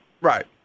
Right